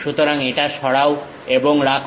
সুতরাং এটা সরাও এবং রাখো